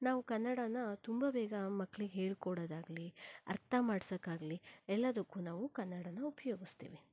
ನಾವು ಕನ್ನಡನ ತುಂಬ ಬೇಗ ಮಕ್ಕಳಿಗೆ ಹೇಳ್ಕೊಡೊದಾಗಲಿ ಅರ್ಥ ಮಾಡ್ಸೋಕ್ಕಾಗಲಿ ಎಲ್ಲದಕ್ಕೂ ನಾವು ಕನ್ನಡನ ಉಪಯೋಗಿಸ್ತೀವಿ